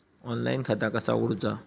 Online खाता कसा उगडूचा?